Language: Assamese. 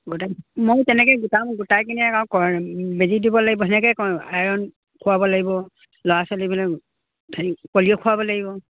গোটাম ময়ো তেনেকৈ গোটাম গোটাই কিনে আৰু বেজী দিব লাগিব সেনেকৈয়ে আইৰণ খোৱাব লাগিব ল'ৰা ছোৱালীবিলাক হেৰি পলিঅ' খোৱাব লাগিব